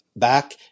back